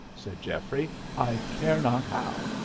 said geoffrey i care not how.